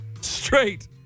Straight